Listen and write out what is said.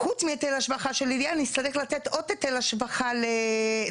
חוץ מהיטל ההשבחה של העירייה נצטרך לתת עוד היטל השבחה למטרו,